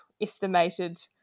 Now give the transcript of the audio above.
estimated